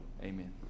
Amen